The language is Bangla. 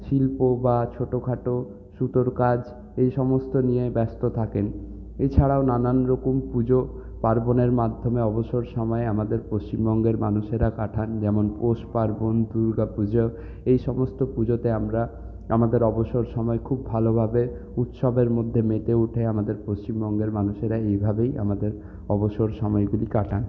শিল্প বা ছোটখাটো সুতোর কাজ এই সমস্ত নিয়ে ব্যস্ত থাকেন এ ছাড়াও নানান রকম পুজো পার্বণের মাধ্যমে অবসর সময়ে আমাদের পশ্চিমবঙ্গের মানুষেরা কাটান যেমন পৌষপার্বণ দুর্গাপুজো এই সমস্ত পুজোতে আমরা আমাদের অবসর সময় খুব ভালোভাবে উৎসবের মধ্যে মেতে উঠে আমাদের পশ্চিমবঙ্গের মানুষেরা এই ভাবেই আমাদের অবসর সময়গুলি কাটান